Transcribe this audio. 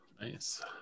Nice